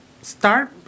Start